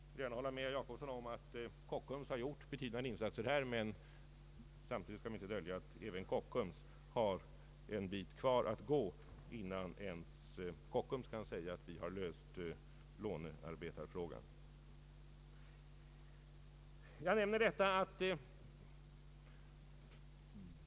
Jag vill gärna hålla med herr Jacobsson om att Kockums gjort betydande insatser här, men samtidigt skall vi inte dölja att även Kockums har en bit kvar att gå innan ens det företaget kan säga att det löst lånearbetarfrågan.